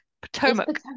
Potomac